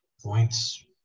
points